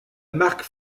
marc